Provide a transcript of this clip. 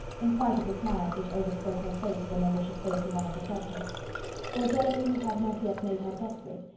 in spite of the smiles which overspread her face whenever she spoke to one of its objects for jealousy had not yet made her desperate,